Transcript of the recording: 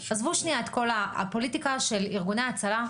עזבו שנייה את כל הפוליטיקה של ארגוני ההצלה,